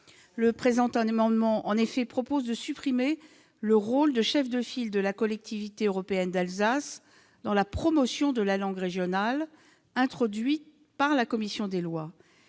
Cet amendement tend à supprimer le rôle de chef de file de la Collectivité européenne d'Alsace dans la promotion de la langue régionale, introduit par la commission des lois.